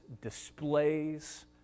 displays